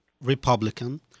Republican